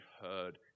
heard